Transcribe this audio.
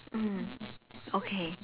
mm okay